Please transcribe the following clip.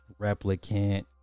replicant